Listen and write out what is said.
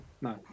no